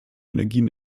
energien